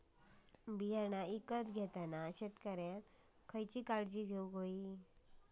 बियाणा ईकत घेताना शेतकऱ्यानं कसली काळजी घेऊक होई?